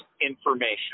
information